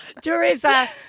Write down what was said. Teresa